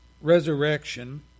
resurrection